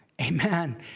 Amen